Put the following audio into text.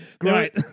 Great